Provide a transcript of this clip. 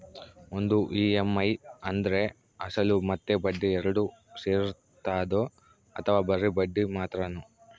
ಒಂದು ಇ.ಎಮ್.ಐ ಅಂದ್ರೆ ಅಸಲು ಮತ್ತೆ ಬಡ್ಡಿ ಎರಡು ಸೇರಿರ್ತದೋ ಅಥವಾ ಬರಿ ಬಡ್ಡಿ ಮಾತ್ರನೋ?